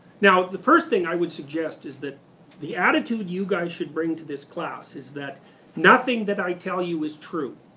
now, the first thing i would suggest is that the attitude you guys should bring to this class is that nothing that i tell you is true.